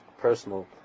personal